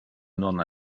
non